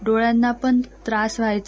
डोळ्यांना पण त्रास व्हायचा